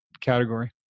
category